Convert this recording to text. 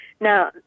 now